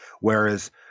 Whereas